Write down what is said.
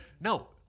No